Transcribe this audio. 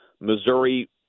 Missouri